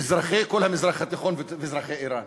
אזרחי כל המזרח התיכון ואזרחי איראן.